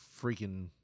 freaking